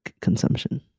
consumption